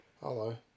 Hello